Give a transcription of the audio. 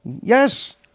yes